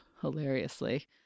hilariously